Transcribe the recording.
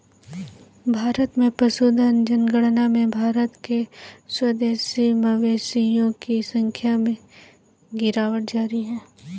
भारत में पशुधन जनगणना में भारत के स्वदेशी मवेशियों की संख्या में गिरावट जारी है